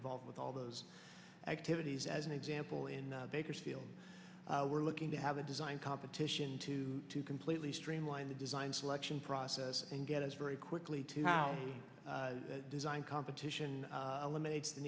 involved with all those activities as an example in bakersfield we're looking to have a design competition to to completely streamline the design selection process and get us very quickly to design competition eliminates the